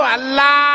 Allah